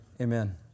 amen